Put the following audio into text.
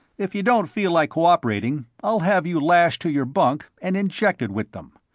if you don't feel like co-operating, i'll have you lashed to your bunk, and injected with them.